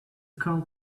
called